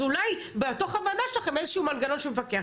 אז אולי בתוך הוועדה שלכם איזשהו מנגנון שמפקח.